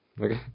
Okay